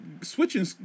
switching